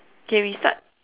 okay we start